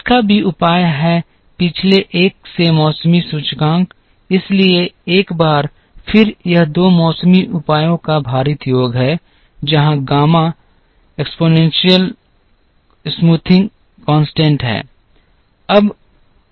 इसका भी उपाय है पिछले एक से मौसमी सूचकांक इसलिए एक बार फिर यह दो मौसमी उपायों का भारित योग है जहां गामा घातीय चौरसाई स्थिर है